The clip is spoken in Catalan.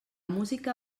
música